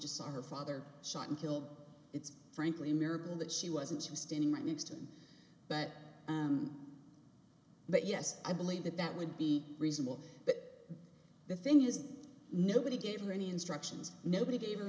just saw her father shot and killed it's frankly a miracle that she wasn't she was standing right next to him but but yes i believe that that would be reasonable but the thing is nobody gave her any instructions nobody gave